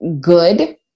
good